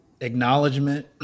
acknowledgement